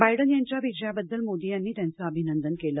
Biden यांच्या विजयाबद्दल मोदी यांनी त्यांचं अभिनंदन केलं